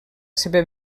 seva